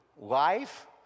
life